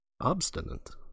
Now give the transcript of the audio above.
obstinate